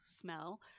smell